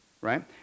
Right